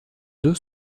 deux